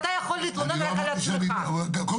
למשל המועצה הדתית באור עקיבא --- רגע, כשאני